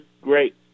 Great